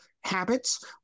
habits